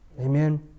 Amen